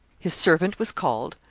his servant was called,